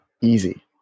easy